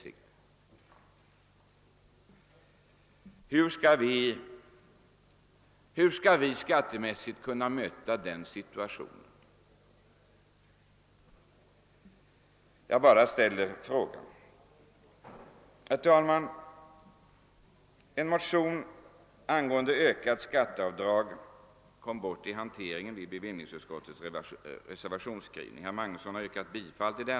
Hur skall vi skattemässigt kunna möta en sådan situation? Jag bara ställer frågan. Herr talman! En motion angående skatteavdrag 'kom bort i hanteringen vid reservationsskrivningen i bevillningsutskottet. Herr Magnusson i Borås har redan yrkat bifall till den.